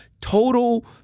total